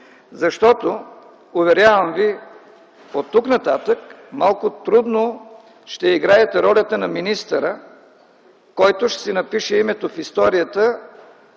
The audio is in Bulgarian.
защото, уверявам Ви, оттук нататък малко трудно ще играете ролята на министъра, който ще си напише името в историята